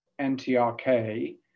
NTRK